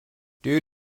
due